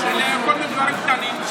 לכל מיני דברים קטנים,